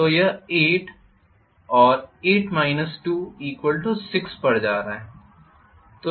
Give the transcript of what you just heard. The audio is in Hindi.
तो यह 8 और 8 26 पर जा रहा है